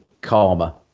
karma